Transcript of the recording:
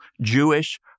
Jewish